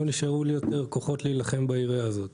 נשארו לי יותר כוחות להילחם בעירייה הזאת.